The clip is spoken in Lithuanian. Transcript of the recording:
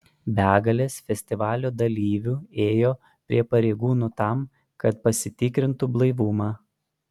begalės festivalio dalyvių ėjo prie pareigūnų tam kad pasitikrintu blaivumą